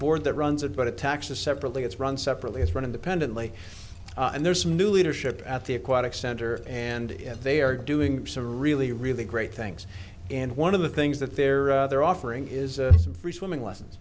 board that runs it but it taxes separately it's run separately it's running dependently and there's new leadership at the aquatic center and if they are doing some really really great things and one of the things that they're they're offering is free swimming lessons